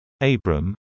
Abram